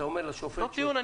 אתה אומר לשופט --- לא טיעון.